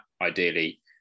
ideally